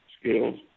skills